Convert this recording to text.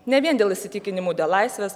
ne vien dėl įsitikinimų dėl laisvės